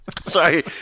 Sorry